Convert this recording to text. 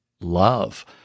love